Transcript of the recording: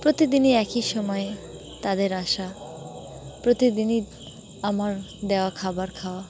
প্রতিদিনই একই সময়ে তাদের আসা প্রতিদিনই আমার দেওয়া খাবার খাওয়া